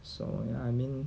so ya I mean